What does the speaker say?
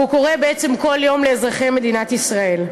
והוא קורה בעצם כל יום לאזרחי מדינת ישראל.